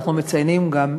אנחנו מציינים גם,